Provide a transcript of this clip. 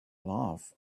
laugh